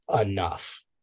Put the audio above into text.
enough